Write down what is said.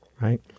right